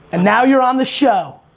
and now you're on the show.